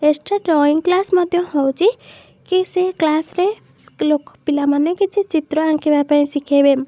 extra drawing class ମଧ୍ୟ ହେଉଛି କି ସେ କ୍ଲାସ୍ରେ ଲୋକ ପିଲାମାନେ କିଛି ଚିତ୍ର ଆଙ୍କିବା ପାଇଁ ଶିଖେଇବେ